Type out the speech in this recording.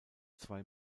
zwei